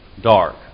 Dark